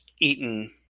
eaten